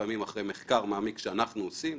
לפעמים אחרי מחקר מעמיק שאנחנו עושים.